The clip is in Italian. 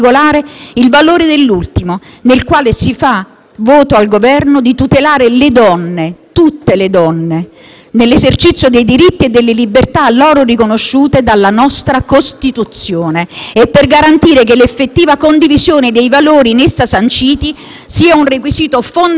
Governo l'impegno a tutelare le donne, tutte le donne, nell'esercizio dei diritti e delle libertà loro riconosciute dalla nostra Costituzione e per garantire che l'effettiva condivisione dei valori in essa sanciti sia un requisito fondamentale per un reale processo di integrazione.